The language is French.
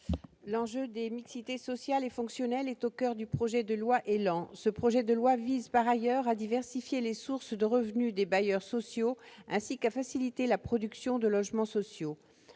L'enjeu des mixités sociales et fonctionnelles est au coeur du projet de loi ÉLAN. Ce texte vise, par ailleurs, à diversifier les sources de revenus des bailleurs sociaux, ainsi qu'à faciliter la production de logements sociaux.